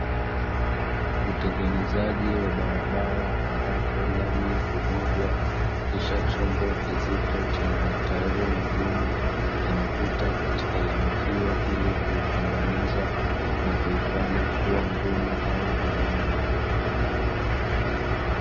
Utengenezaji wa barabara ambapo lami humwagwa kisha chombo kizito chenye matairi magumu kinapita katika lami hiyo ili kuikandamiza na kuifanya kuwa ngumu au imara.